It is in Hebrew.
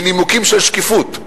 מנימוקים של שקיפות.